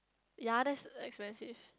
ya that's expensive